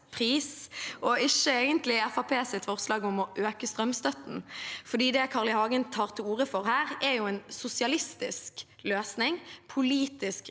og ikke Fremskrittspartiets forslag om å øke strømstøtten, for det Carl I. Hagen tar til orde for her, er jo en sosialistisk løsning: politisk